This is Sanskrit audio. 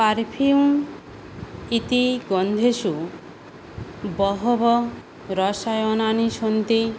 परफ़्यूम् इति गन्धेषु बहवः रसायनानि सन्ति